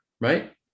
right